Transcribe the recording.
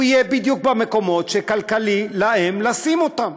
הוא יהיה בדיוק במקומות שכלכלי להם לשים אותם.